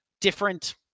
different